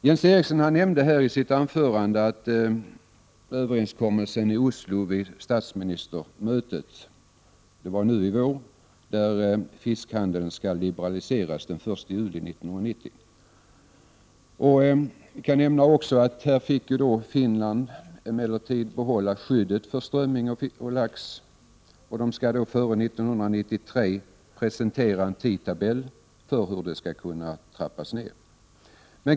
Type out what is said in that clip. Jens Eriksson nämnde i sitt anförande att det vid statsministermötet i Oslo nu i vår träffades en överenskommelse om att fiskhandeln skall liberaliseras den 1 juli 1990. Jag kan tillägga att Finland fick behålla skyddet för strömming och lax och skall före 1993 presentera en tidtabell för hur detta skall trappas ned.